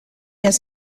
has